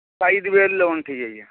ఐదు వేల్లో ఉంటావయ్యా